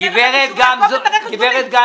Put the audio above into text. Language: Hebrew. תיתן לכם אישור לעקוף את רכש הגומלין.